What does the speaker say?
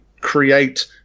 create